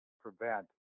prevent